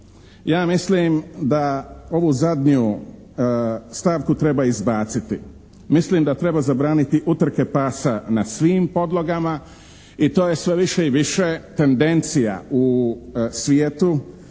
Ja mislim da ovu zadnju stavku treba izbaciti. Mislim da treba zabraniti utrke pasa na svim podlogama i to je sve više i više tendencija u svijetu.